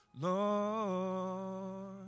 Lord